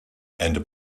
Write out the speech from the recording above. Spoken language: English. and